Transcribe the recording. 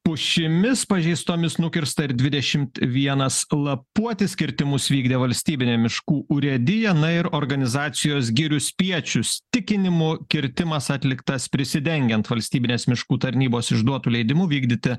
pušimis pažeistomis nukirsta ir dvidešimt vienas lapuotis kirtimus vykdė valstybinė miškų urėdija na ir organizacijos girių spiečius tikinimu kirtimas atliktas prisidengiant valstybinės miškų tarnybos išduotu leidimu vykdyti